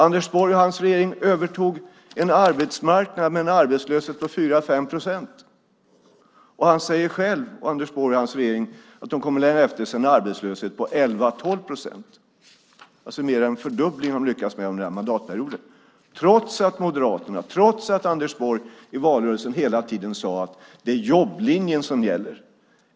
Anders Borg och hans regering övertog en arbetsmarknad med en arbetslöshet på 4-5 procent. Han och regeringen säger själva att de kommer att lämna efter sig en arbetslöshet på 11-12 procent - alltså mer än en fördubbling har de lyckats med under den här mandatperioden, trots att Moderaterna och Anders Borg i valrörelsen hela tiden sade att det är jobblinjen som gäller.